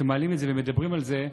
שמעלים את זה ומדברים על זה,